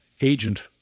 agent